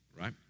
right